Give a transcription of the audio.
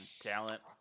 talent